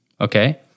okay